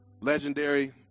legendary